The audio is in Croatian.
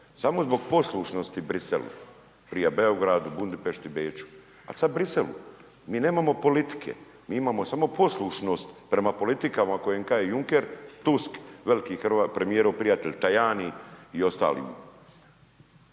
samo zbog poslušnosti Bruxellesu, prije Beogradu, Budimpešti, Beču, a sad Bruxelles mi nemamo politike, mi poslušnost prema politikama koje …/nerazumljivo/… Juncker, Tusk, veliki premijerov prijatelj Tajani i ostali,